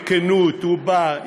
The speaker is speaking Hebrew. בכנות הוא בא,